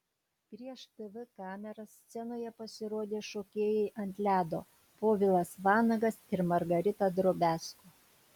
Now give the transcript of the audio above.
prieš tv kameras scenoje pasirodė šokėjai ant ledo povilas vanagas ir margarita drobiazko